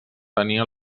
tenia